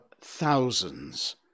thousands